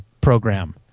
program